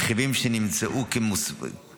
רכיבים שנמצאו מזיקים,